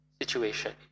situation